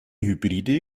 hybride